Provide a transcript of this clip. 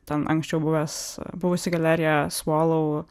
ten anksčiau buvęs buvusi galerija svalou